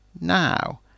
now